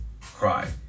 Cry